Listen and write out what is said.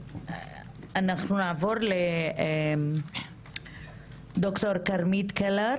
אנחנו נעבור לד"ר כרמית קלר